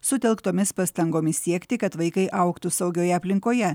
sutelktomis pastangomis siekti kad vaikai augtų saugioje aplinkoje